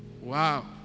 wow